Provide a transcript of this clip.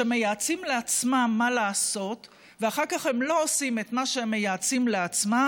מייעצים לעצמם מה לעשות ואחר כך הם לא עושים את מה שהם מייעצים לעצמם,